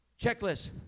Checklist